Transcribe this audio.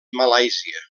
malàisia